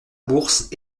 bourse